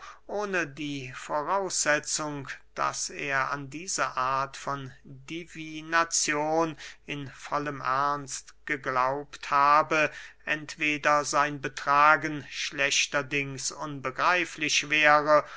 ohne die voraussetzung daß er an diese art von divinazion in vollem ernst geglaubt habe entweder sein betragen schlechterdings unbegreiflich wäre